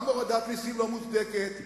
גם הורדת מסים לא מוצדקת,